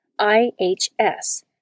IHS